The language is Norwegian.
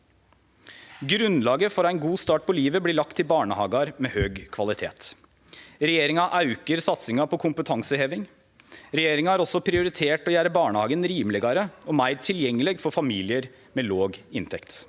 Grunnlaget for ein god start på livet blir lagt i barnehagar med høg kvalitet. Regjeringa aukar satsinga på kompetanseheving. Regjeringa har også prioritert å gjere barnehagen rimelegare og meir tilgjengeleg for familiar med låg inntekt.